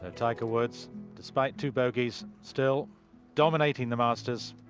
ah tiger woods despite two bogeys still dominating the masters.